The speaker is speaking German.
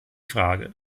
frage